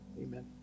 Amen